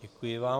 Děkuji vám.